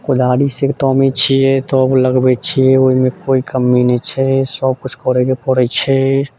कोदारीसँ तमै छियै तब लगबै छियै ओइमे कोइ कमी नहि छै सब किछु करैके पड़ै छै